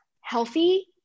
healthy